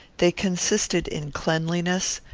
they consisted in cleanliness,